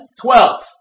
Twelve